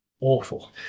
awful